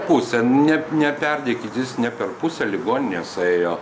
pusę ne neperdėkit jis ne per pusę ligoninės ėjo